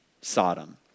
sodom